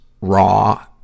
raw